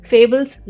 Fables